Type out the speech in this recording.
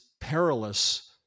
perilous